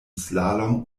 slalom